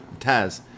Taz